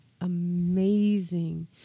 amazing